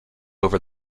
over